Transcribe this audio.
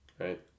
Right